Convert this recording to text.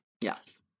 Yes